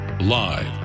Live